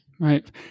right